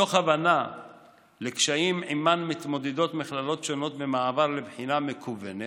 מתוך הבנה של קשיים שעימם מתמודדות מכללות שונות במעבר לבחינה מקוונת,